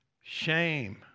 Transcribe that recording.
shame